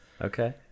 Okay